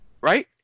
right